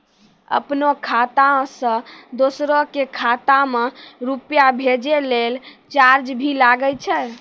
आपनों खाता सें दोसरो के खाता मे रुपैया भेजै लेल चार्ज भी लागै छै?